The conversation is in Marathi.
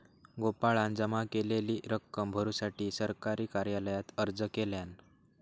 गोपाळान जमा केलेली रक्कम भरुसाठी सरकारी कार्यालयात अर्ज केल्यान